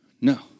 No